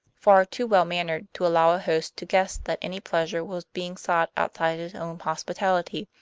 far too well-mannered to allow a host to guess that any pleasure was being sought outside his own hospitality.